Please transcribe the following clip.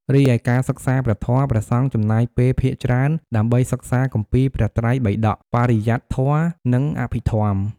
រីឯការសិក្សាព្រះធម៌ ព្រះសង្ឃចំណាយពេលភាគច្រើនដើម្បីសិក្សាគម្ពីរព្រះត្រៃបិដក បរិយត្តិធម៌ និងអភិធម្ម។